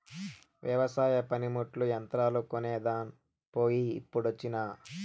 వెవసాయ పనిముట్లు, యంత్రాలు కొనేదాన్ పోయి ఇప్పుడొచ్చినా